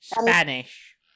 Spanish